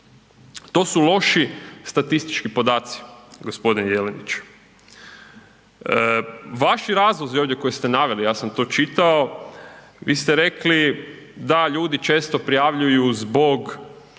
to su loši statistički podaci g. Jelenić. Vaši razlozi ovdje koje ste naveli, ja sam to čitao, vi ste rekli da ljudi često prijavljuju zbog